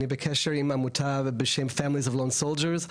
אני בקשר עם עמותה בשם family of lone soldiers.